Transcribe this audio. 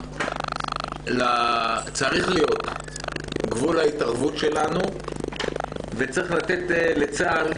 צריך להיות גבול להתערבות שלנו וצריך לתת לצה"ל